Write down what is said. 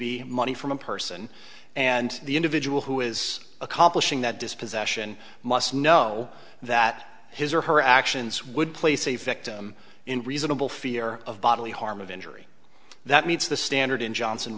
be money from a person and the individual who is accomplishing that dispossession must know that his or her actions would place a victim in reasonable fear of bodily harm of injury that meets the standard in johnson